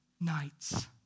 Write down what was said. nights